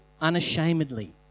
unashamedly